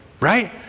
right